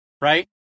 Right